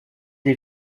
des